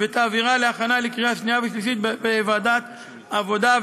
ותעבירה להכנה לקריאה שנייה ושלישית בוועדת העבודה,